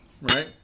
Right